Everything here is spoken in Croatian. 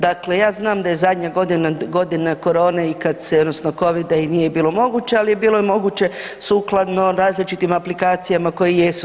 Dakle ja znam da je zadnja godina, godina korone i kad se odnosno Covida i nije bilo moguće, ali bilo je moguće sukladno različitim aplikacija koje jesu.